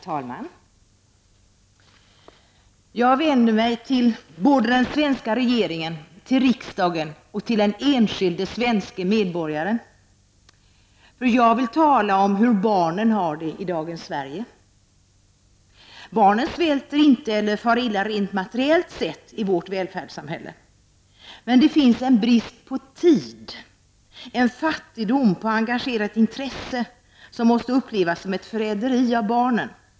Herr talman! Jag vänder mig till den svenska regeringen, riksdagen och den enskilde svenske medborgaren. Jag vill tala om hur barnen har det i dagens Sverige. Barn svälter inte eller far illa rent materiellt i vårt välfärdssamhälle. Men det finns en brist på tid, en fattigdom på engagerat intresse, som måste upplevas som ett förräderi av barnen.